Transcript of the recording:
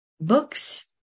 Books